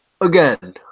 Again